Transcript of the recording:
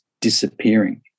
disappearing